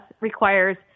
requires